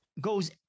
goes